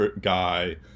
guy